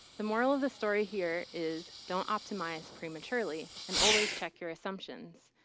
the moral of the story here is don't optimize prematurely and always check your assumptions.